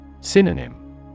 Synonym